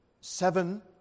seven